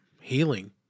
Healing